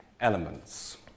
elements